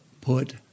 Put